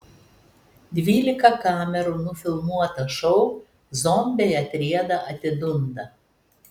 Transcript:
dvylika kamerų nufilmuotą šou zombiai atrieda atidunda